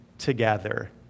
together